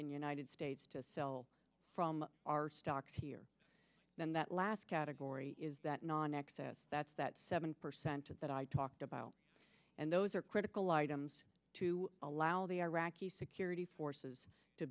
in united states to sell from our stocks here then that last category is that non access that's that seven percent of that i talked about and those are critical items to allow the iraqi security forces to